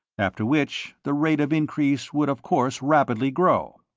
after which the rate of increase would of course rapidly grow.